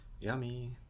Yummy